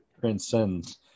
transcends